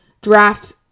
draft